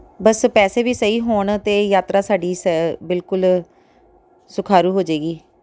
ਬਸ ਪੈਸੇ ਵੀ ਸਹੀ ਹੋਣ ਅਤੇ ਯਾਤਰਾ ਸਾਡੀ ਸ ਬਿਲਕੁਲ ਸੁਖਾਲੀ ਹੋਜੇਗੀ